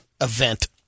event